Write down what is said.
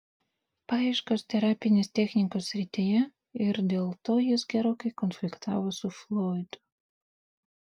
paieškos terapinės technikos srityje ir dėl to jis gerokai konfliktavo su froidu